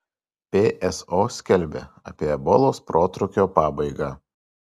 pso skelbia apie ebolos protrūkio pabaigą